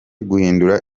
guhindura